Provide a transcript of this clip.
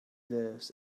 lives